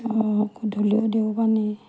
গধূলিও দিওঁ পানী